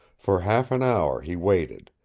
for half an hour he waited,